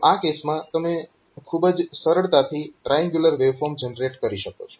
તો આ કેસમાં તમે ખૂબ જ સરળતાથી ટ્રાયેન્ગ્યુલર વેવફોર્મ જનરેટ કરી શકો છો